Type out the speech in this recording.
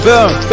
Boom